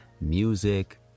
music